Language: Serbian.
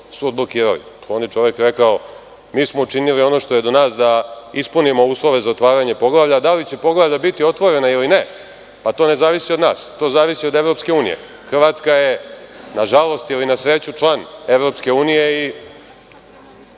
odblokirali? On je čovek rekao – mi smo učinili ono što je do nas, da ispunimo uslove za otvaranje poglavlja, a da li će poglavlje biti otvoreno ili ne, pa to ne zavisi od nas, to zavisi od EU. Hrvatska je, na žalost, ili na sreću, član EU i,